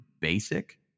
basic